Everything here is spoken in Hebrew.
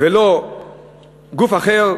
ולא גוף אחר,